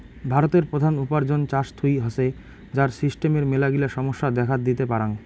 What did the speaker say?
ভারতের প্রধান উপার্জন চাষ থুই হসে, যার সিস্টেমের মেলাগিলা সমস্যা দেখাত দিতে পারাং